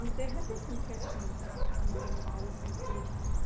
um there have been some questions coming in while we've been speaking.